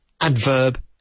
adverb